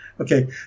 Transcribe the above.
Okay